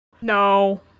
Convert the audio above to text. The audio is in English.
No